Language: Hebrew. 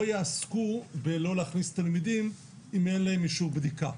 יעסקו בלא להכניס תלמידים אם אין להם אישור בדיקה.